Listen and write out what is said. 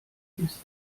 ist